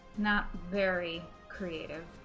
not very creative.